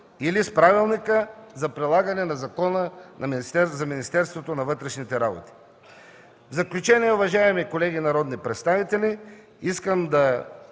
или с Правилника за прилагане на Закона за Министерството на вътрешните работи. В заключение, уважаеми колеги народни представители, искам да